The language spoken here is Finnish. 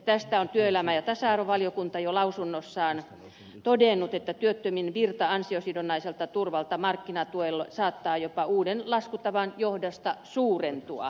tästä on työelämä ja tasa arvovaliokunta jo lausunnossaan todennut että työttömien virta ansiosidonnaiselta turvalta markkinatuelle saattaa jopa uuden laskutavan johdosta suurentua